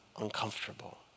uncomfortable